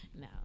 No